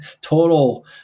total